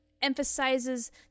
emphasizes